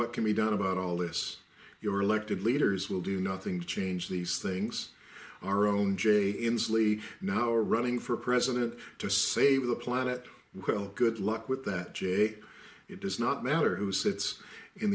what can be done about all this your elected leaders will do nothing to change these things our own jay inslee now running for president to save the planet well good luck with that jay it does not matter who sits in